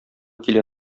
килә